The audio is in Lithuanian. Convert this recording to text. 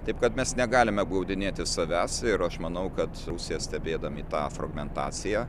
taip kad mes negalime apgaudinėti savęs ir aš manau kad rusija stebėdami tą fragmentaciją